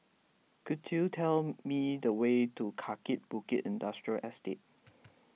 could you tell me the way to Kaki Bukit Industrial Estate